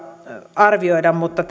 arvioida mutta